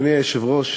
אדוני היושב-ראש,